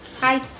Hi